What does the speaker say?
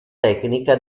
tecnica